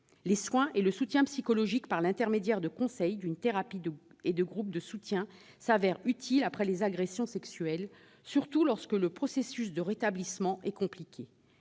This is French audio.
Les soins et le soutien psychologique, par l'intermédiaire de conseils, d'une thérapie et de groupes de soutien, se révèlent utiles après des agressions sexuelles, surtout lorsque le processus de rétablissement est compliqué.